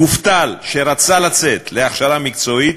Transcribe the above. מובטל שרצה לצאת להכשרה מקצועית